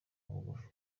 ubugufi